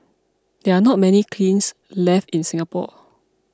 there are not many kilns left in Singapore